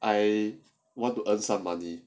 I want to earn some money